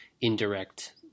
indirect